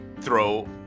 throw